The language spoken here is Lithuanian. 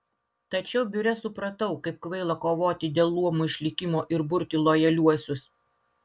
tačiau biure supratau kaip kvaila kovoti dėl luomų išlikimo ir burti lojaliuosius